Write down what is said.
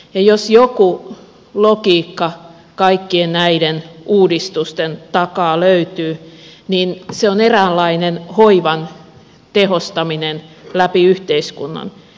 jos joku logiikka kaikkien näiden uudistusten takaa löytyy niin se on eräänlainen hoivan tehostaminen läpi yhteiskunnan